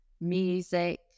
music